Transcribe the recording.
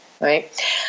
right